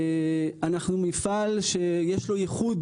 אנחנו מפעל שיש לו ייחוד